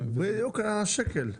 השקל.